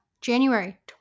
January